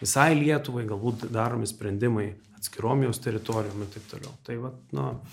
visai lietuvai galbūt daromi sprendimai atskirom jos teritorijom ir taip toliau tai vat nu